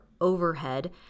overhead